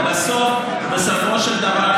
כי בסופו של דבר,